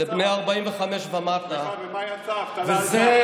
לבני 45 ומטה, אבל מה יצא, נכון, ומה יצא?